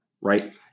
right